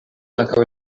ankaŭ